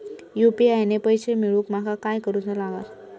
UPI ने पैशे मिळवूक माका काय करूचा लागात?